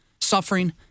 suffering